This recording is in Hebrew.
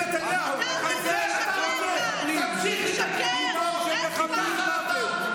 אל-ג'זירה זה ערוץ תקשורת, אתה לא מתבייש?